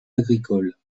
agricoles